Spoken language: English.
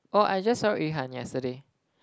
oh I just saw Yu-Han yesterday